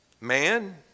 man